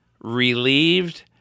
relieved